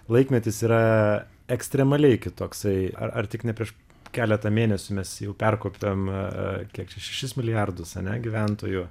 laikmetis yra ekstremaliai kitoksai ar tik ne prieš keletą mėnesių mes jau perkopėm kiek čia šešis milijardus ane gyventojų